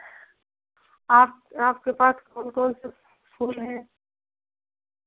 आप आपके पास कौन कौन से फूल हैं